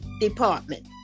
department